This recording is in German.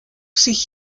sich